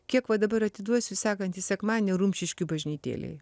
kiek va dabar atiduosiu sekantį sekmadienį rumšiškių bažnytėlėj